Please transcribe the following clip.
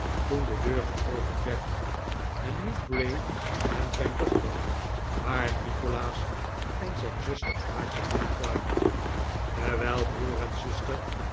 toen de deur geopend werd en niet bray en zijn dochter maar nikolaas en zijn zuster kaatje binnenkwamen terwijl broer en zuster